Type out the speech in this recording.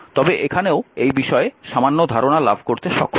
তবে এখানেও এই বিষয়ে সামান্য ধারণা লাভ করতে সক্ষম হব